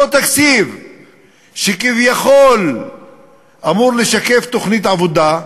אותו תקציב שכביכול אמור לשקף תוכנית עבודה,